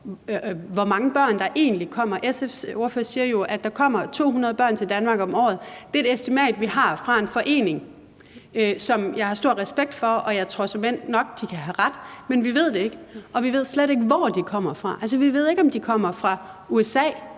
hvor mange børn der egentlig kommer. SF's ordfører siger jo, at der kommer 200 børn til Danmark om året. Det er et estimat, vi har fra en forening, som jeg har stor respekt for, og jeg tror såmænd nok, de kan have ret. Men vi ved det ikke. Og vi ved slet ikke, hvor børnene kommer fra. Altså, vi ved ikke, om de kommer fra USA